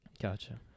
Gotcha